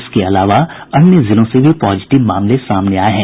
इसके अलावा अन्य जिलों से भी पॉजिटिव मामले सामने आये हैं